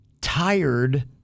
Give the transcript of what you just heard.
tired